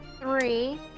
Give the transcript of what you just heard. Three